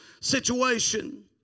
situation